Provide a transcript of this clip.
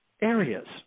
areas